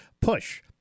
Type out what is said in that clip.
push